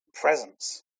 presence